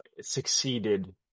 succeeded